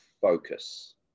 focus